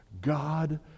God